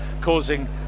causing